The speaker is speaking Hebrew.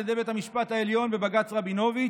ידי בית המשפט העליון בבג"ץ רבינוביץ,